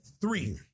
three